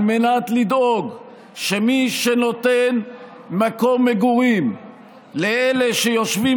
על מנת לדאוג שמי שנותן מקום מגורים לאלה שיושבים